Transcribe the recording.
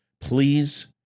Please